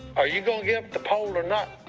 are you gonna get up the pole, and